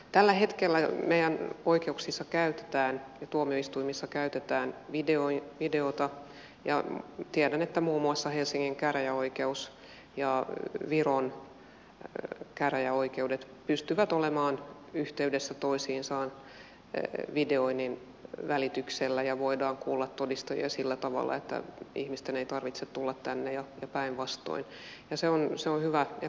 tällä hetkellä meidän oikeuksissa ja tuomioistuimissa käytetään videota ja tiedän että muun muassa helsingin käräjäoikeus ja viron käräjäoikeudet pystyvät olemaan yhteydessä toisiinsa videoinnin välityksellä ja voidaan kuulla todistajia sillä tavalla että ihmisten ei tarvitse tulla tänne ja päinvastoin ja se on hyvä ja kannatettava kehitys